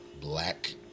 black